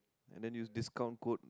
and then use discount code